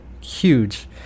huge